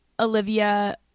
Olivia